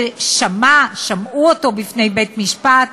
ששמעו אותו בבית-משפט,